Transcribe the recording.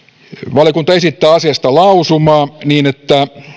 valiokunta esittää asiasta lausumaa niin että